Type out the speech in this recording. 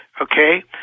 okay